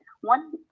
One